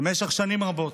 במשך שנים רבות,